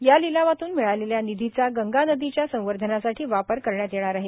या लिलावातून मिळालेल्या निधीचा गंगा नदीच्या संवर्धनासाठी वापर करण्यात येणार आहे